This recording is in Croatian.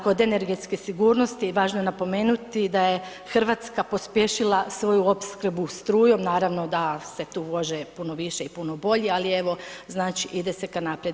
Kod energetske sigurnosti, važno je napomenuti da je Hrvatska pospješila svoju opskrbu strujom, naravno da se tu ulaže puno više i puno bolje, ali evo, znači ide se ka naprijed.